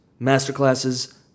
masterclasses